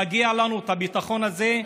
מגיע לנו הביטחון הזה.